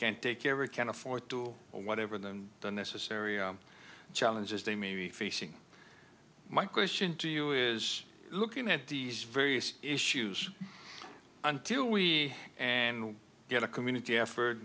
can't take ever can't afford to or whatever than the necessary challenges they may be facing my question to you is looking at these various issues until we and get a community effort